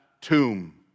tomb